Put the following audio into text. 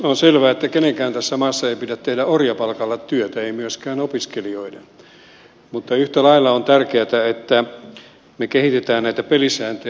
on selvää että kenenkään tässä maassa ei pidä tehdä orjapalkalla työtä ei myöskään opiskelijoiden mutta yhtä lailla on tärkeätä että me kehitämme näitä pelisääntöjä